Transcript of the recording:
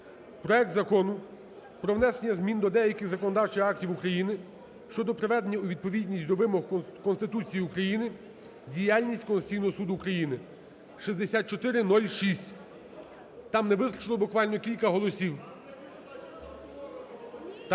проект Закону про внесення змін до деяких законодавчих актів України щодо приведення у відповідність до вимог Конституції України діяльність Конституційного Суду України (6406). Там не вистачило буквально кілька голосів.